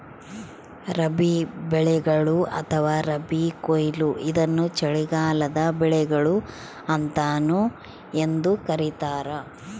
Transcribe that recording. ರಬಿ ಬೆಳೆಗಳು ಅಥವಾ ರಬಿ ಕೊಯ್ಲು ಇದನ್ನು ಚಳಿಗಾಲದ ಬೆಳೆಗಳು ಅಂತಾನೂ ಎಂದೂ ಕರೀತಾರ